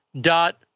dot